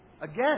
Again